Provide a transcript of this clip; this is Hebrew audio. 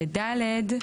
ו-ד'.